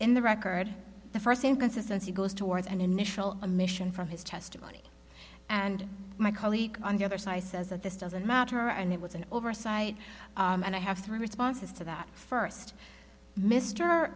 in the record the first inconsistency goes towards an initial a mission from his testimony and my colleague on the other side says that this doesn't matter and it was an oversight and i have three responses to that first m